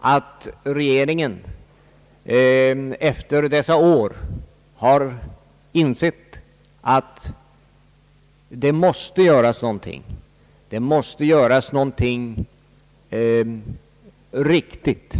att regeringen efter dessa år har insett att det måste göras någonting väsentligt.